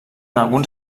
alguns